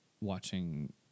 watching